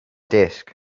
desk